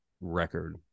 record